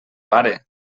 pare